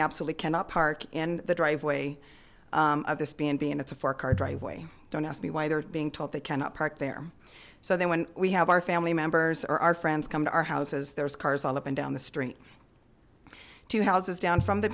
absolutely cannot park in the driveway of this b and b and it's a four car driveway don't ask me why they're being told they cannot park there so then when we have our family members or our friends come to our houses there's cars all up and down the street two houses down from the